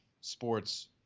Sports